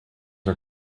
are